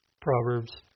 Proverbs